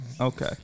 Okay